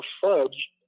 Fudge